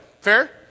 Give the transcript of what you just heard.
Fair